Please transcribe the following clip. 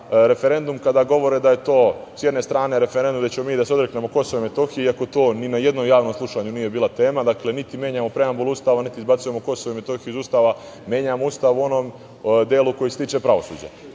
referendum kada govore da je to, s jedne strane, referendum gde ćemo mi da se odreknemo Kosova i Metohije, iako to ni na jednom javnom slušanju nije bila tema. Dakle, niti menjamo preambulu Ustava, niti izbacujemo Kosovo i Metohiju iz Ustava. Menjamo Ustav u onom delu koji se tiče pravosuđa